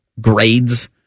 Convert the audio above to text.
grades